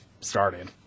started